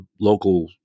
local